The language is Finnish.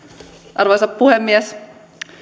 arvoisa puhemies